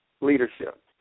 leadership